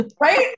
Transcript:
Right